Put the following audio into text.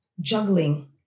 juggling